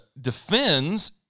defends